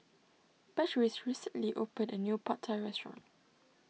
Patrice recently opened a new Pad Thai restaurant